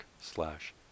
slash